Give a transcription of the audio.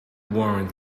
warren